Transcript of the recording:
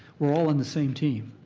we're all on the same team.